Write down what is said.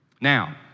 Now